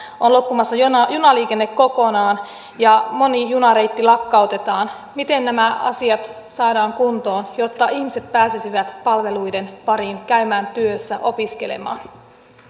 on loppumassa junaliikenne kokonaan ja moni junareitti lakkautetaan miten nämä asiat saadaan kuntoon jotta ihmiset pääsisivät palveluiden pariin käymään työssä opiskelemaan